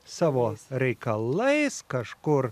savo reikalais kažkur